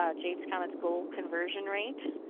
ah james comments, goal conversion rate.